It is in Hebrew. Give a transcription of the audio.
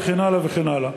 וכן הלאה וכן הלאה.